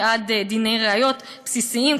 ועד דיני ראיות בסיסיים,